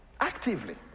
Actively